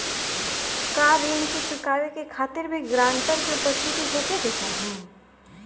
का ऋण चुकावे के खातिर भी ग्रानटर के उपस्थित होखे के चाही?